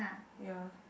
ya